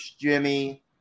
Jimmy